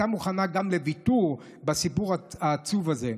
והייתה מוכנה גם לוויתור בסיפור העצוב הזה.